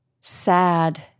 sad